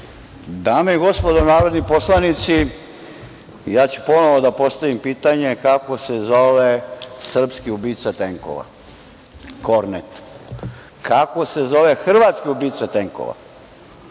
Dame i gospodo narodni poslanici, ponovo ću da postavim pitanje, kako se zove srpski ubica tenkova? Kornet. Kako se zove hrvatski ubica tenkova?